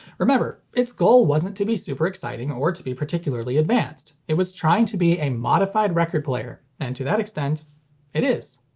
remember, its goal wasn't to be super exciting or to be particularly advanced. it was trying to be a modified record player, and to that extent it is.